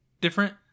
different